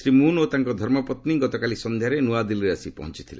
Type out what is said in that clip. Shri Moon ଓ ତାଙ୍କ ଧର୍ମପତ୍ନୀ ଗତକାଲି ସନ୍ଧ୍ୟାରେ ନୂଆଦିଲ୍ଲୀରେ ଆସି ପହଞ୍ଚଥିଲେ